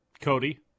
Cody